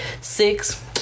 six